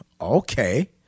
Okay